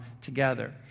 together